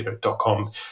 dot-com